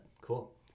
Cool